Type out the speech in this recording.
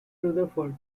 rutherford